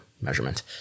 measurement